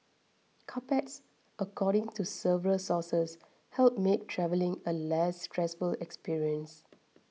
carpets according to several sources help make travelling a less stressful experience